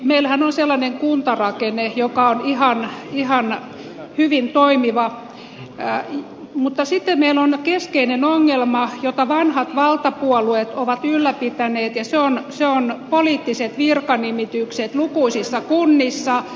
meillähän on sellainen kuntarakenne joka on ihan hyvin toimiva mutta sitten meillä on keskeinen ongelma jota vanhat valtapuolueet ovat ylläpitäneet ja se on poliittiset virkanimitykset lukuisissa kunnissa